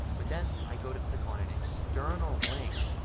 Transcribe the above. but then i go to click on an external link